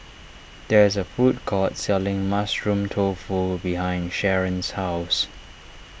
there is a food court selling Mushroom Tofu behind Sharron's house